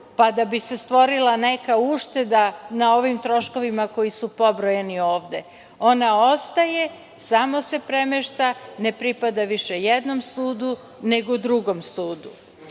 pa da bi se stvorila neka ušteda na ovim troškovima koji su pobrojani ovde. Ona ostaje, samo se premešta. Ne pripada više jednom sudu, nego drugom